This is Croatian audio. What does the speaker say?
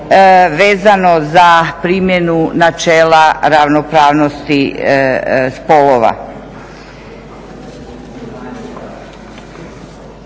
vezano za primjenu načela ravnopravnosti spolova.